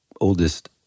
oldest